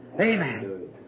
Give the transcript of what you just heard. Amen